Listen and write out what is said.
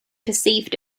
perceived